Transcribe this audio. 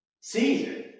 Caesar